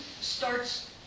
starts